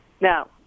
Now